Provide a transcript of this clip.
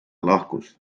lahkus